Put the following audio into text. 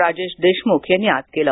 राजेश देशमुख यांनी आज केलं